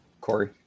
Corey